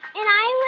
and i